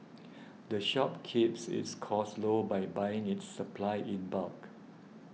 the shop keeps its costs low by buying its supplies in bulk